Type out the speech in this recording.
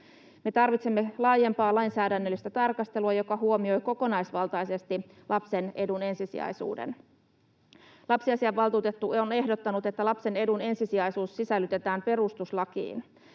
tarvitsemme laajempaa lainsäädännöllistä tarkastelua, joka huomioi kokonaisvaltaisesti lapsen edun ensisijaisuuden. Lapsiasiavaltuutettu on ehdottanut, että lapsen edun ensisijaisuus sisällytetään perustuslakiin.